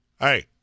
Hey